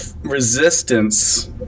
Resistance